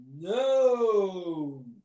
no